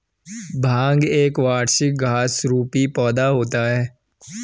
भांग एक वार्षिक घास रुपी पौधा होता है